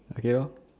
okay lor